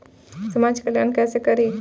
समाज कल्याण केसे करी?